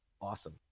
awesome